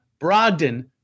Brogdon